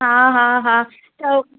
हा हा हा त